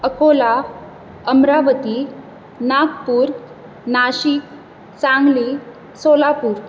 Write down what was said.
Ankola Amravati Nagpur Nashik Sangli Solapur